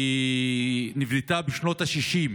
שנבנתה בשנות השישים.